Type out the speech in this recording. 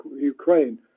Ukraine